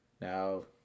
Now